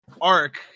arc